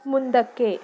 ಮುಂದಕ್ಕೆ